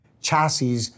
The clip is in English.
chassis